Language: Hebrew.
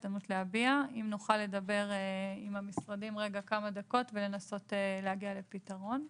אם נוכל לדבר עם השרים כמה דקות לנסות להגיע לפתרון.